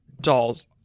Dolls